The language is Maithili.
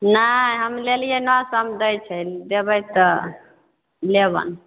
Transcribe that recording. नहि हम लेलियै नओ सएमे दै छै देबै तऽ लेबनि